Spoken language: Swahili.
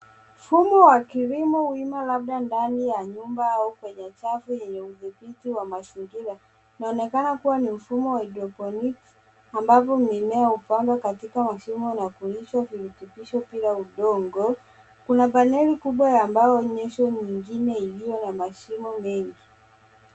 Mfumo wa kilimo wima labda ndani ya nyumba au kwenye chafu yenye kudhibiti wa mazingira. Inaonekana kuwa mfumo wa haidroponiki ambapo mimea hupandwa katika masomo na kulishwa virutubisho bila udongo. Kuna paneli kubwa ya mbao au nyingine iliyo na masomo mengi.